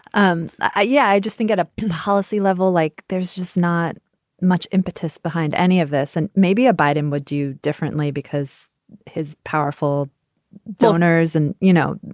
um yeah i just think at a policy level like there's just not much impetus behind any of this and maybe a bite him would do differently because his powerful donors and you know,